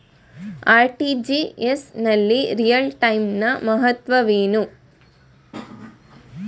RTGS ನಲ್ಲಿ real time ನ ಮಹತ್ವವೇನು?